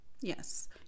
yes